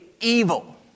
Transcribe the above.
evil